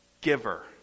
giver